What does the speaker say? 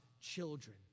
children